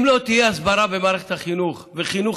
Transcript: אם לא תהיה הסברה במערכת החינוך וחינוך